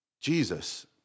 Jesus